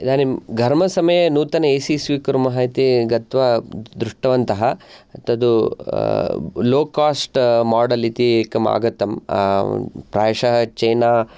इदानीं घर्मसमये नूतन एसी स्वीकुर्मः इति गत्वा दृष्टवन्तः तद् लो कास्ट् माडल् इति एकम् आगतं प्रायशः चैना